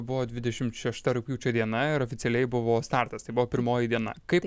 buvo dvidešimt šešta rugpjūčio diena ir oficialiai buvo startas tai buvo pirmoji diena kaip